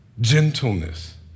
Gentleness